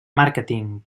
màrqueting